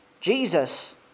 Jesus